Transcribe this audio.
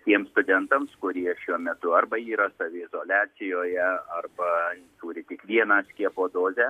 tiems studentams kurie šiuo metu arba yra saviizoliacijoje arba turi tik vieną skiepo dozę